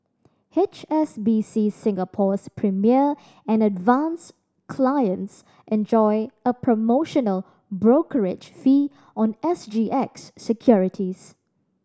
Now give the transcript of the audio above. H S B C Singapore's Premier and Advance clients enjoy a promotional brokerage fee on S G X securities